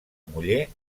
muller